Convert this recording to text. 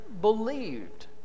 believed